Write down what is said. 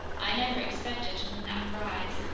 i never expected to win that prize,